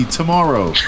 tomorrow